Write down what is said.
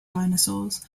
dinosaurs